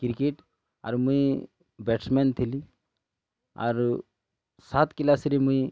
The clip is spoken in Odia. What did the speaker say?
କ୍ରିକେଟ୍ ଆର୍ ମୁଇଁ ବ୍ୟାଟ୍ସମ୍ୟାନ୍ ଥିଲି ଆରୁ ସାତ୍ କିଲାସରେ ମୁଇଁ